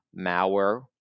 malware